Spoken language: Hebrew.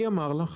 מי אמר לך?